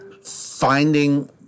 finding